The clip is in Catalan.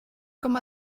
com